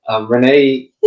Renee